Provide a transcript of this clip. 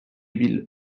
bill